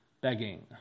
begging